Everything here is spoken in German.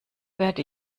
werde